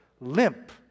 limp